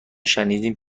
شنیدیم